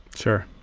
sure.